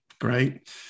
great